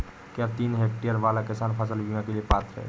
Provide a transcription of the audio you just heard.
क्या तीन हेक्टेयर वाला किसान फसल बीमा के लिए पात्र हैं?